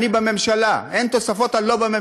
אני בממשלה, אין תוספות, אני לא בממשלה.